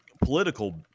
political